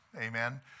Amen